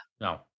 No